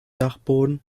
dachboden